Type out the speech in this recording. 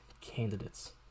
candidates